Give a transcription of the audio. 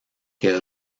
que